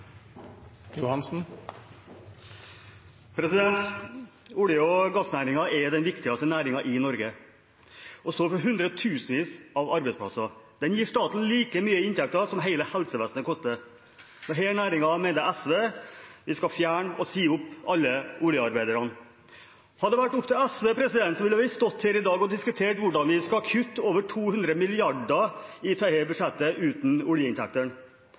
den viktigste næringen i Norge og står for hundretusenvis av arbeidsplasser. Den gir staten like mye inntekter som hele helsevesenet koster. Denne næringen mener SV vi skal fjerne, og si opp alle oljearbeiderne. Hadde det vært opp til SV, ville vi ha stått her i dag og diskutert hvordan vi skal kutte over 200 mrd. kr i dette budsjettet uten oljeinntektene.